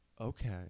okay